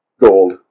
gold